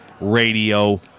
Radio